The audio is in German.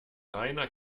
reiner